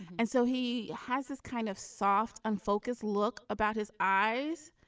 and so he has this kind of soft unfocused look about his eyes.